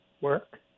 work